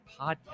Podcast